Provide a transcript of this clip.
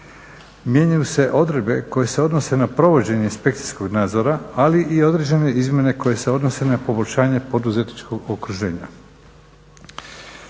mijenjaju se odredbe koje se odnose na provođenje inspekcijskog nadzora, ali i određene izmjene koje se odnose na poboljšanje poduzetničkog okruženja.